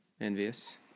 Envious